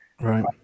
Right